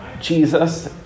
Jesus